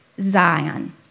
Zion